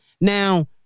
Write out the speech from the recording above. Now